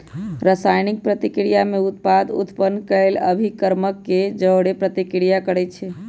रसायनिक प्रतिक्रिया में उत्पाद उत्पन्न केलेल अभिक्रमक के जओरे प्रतिक्रिया करै छै